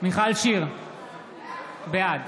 מיכל שיר סגמן, בעד